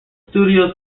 studios